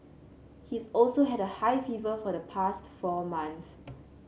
he's also had a high fever for the past four months